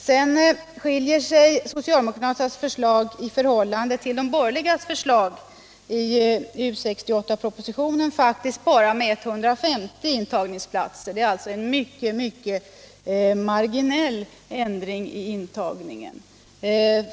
Sedan skiljer sig socialdemokraternas förslag från de borgerligas förslag när det gäller U 68 propositionen faktiskt bara med 150 intagningsplatser — alltså en mycket marginell ändring i intagningen.